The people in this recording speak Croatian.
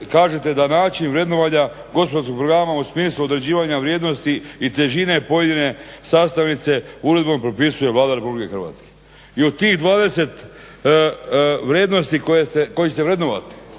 kažete da način vrednovanja gospodarskog programa u smislu određivanja vrijednosti i težine pojedine sastavnice uredbom propisuje Vlada Republike Hrvatske. I od tih 20 vrijednosti koje ste, koje ćete vrednovat